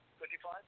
55